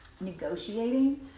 negotiating